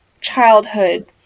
childhood